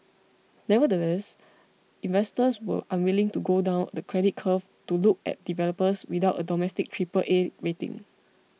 nevertheless investors were unwilling to go down the credit curve to look at developers without a domestic Triple A rating